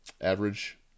average